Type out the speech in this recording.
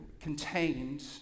contained